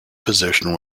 position